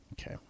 Okay